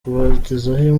kubagezaho